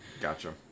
gotcha